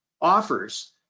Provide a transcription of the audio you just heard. offers